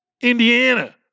Indiana